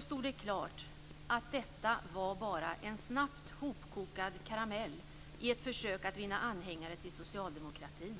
stod det klart att detta bara var en snabbt hopkokad karamell i ett försök att vinna anhängare till socialdemokratin.